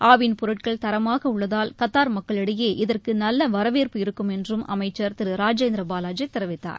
ஆவின் பொருட்கள் தரமாக உள்ளதால் கத்தார் மக்களிடையே இதற்கு நல்ல வரவேற்பு இருக்கும் என்றும் அமைச்சர் திரு ராஜேந்திர பாலாஜி தெரிவித்தார்